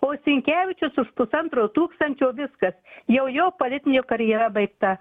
o sinkevičius už pusnatro tūkstančio viskas jau jo politinė karjera baigta